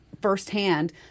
firsthand